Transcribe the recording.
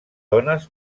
dones